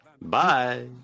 Bye